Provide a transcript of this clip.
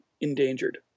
endangered